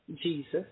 Jesus